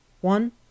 one